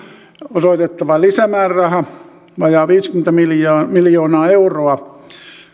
osoitettava lisämääräraha vajaat viisikymmentä miljoonaa miljoonaa euroa